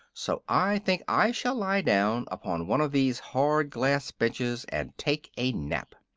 so i think i shall lie down upon one of these hard glass benches and take a nap.